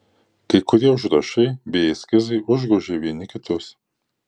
kai kurie užrašai bei eskizai užgožė vieni kitus